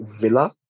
Villa